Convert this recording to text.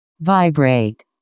Vibrate